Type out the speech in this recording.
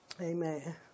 amen